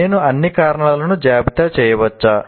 నేను అన్ని కారణాలను జాబితా చేయవచ్చా